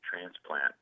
transplant